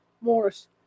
Morris